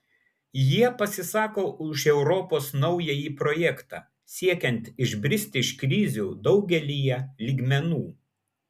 jie pasisako už europos naująjį projektą siekiant išbristi iš krizių daugelyje lygmenų